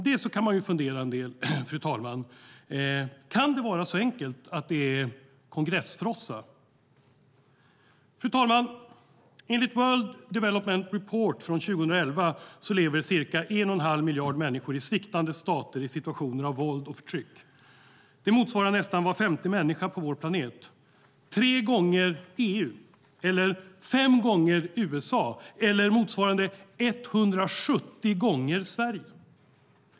Det kan man fundera en del på. Kan det vara så enkelt att det är kongressfrossa? Fru talman! Enligt World Development Report från 2011 lever cirka en och en halv miljard människor i sviktande stater i situationer av våld och förtryck. Det motsvarar nästan var femte människa på vår planet - tre gånger EU, fem gånger USA eller motsvarande 170 gånger Sverige.